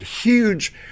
huge